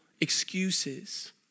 excuses